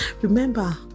Remember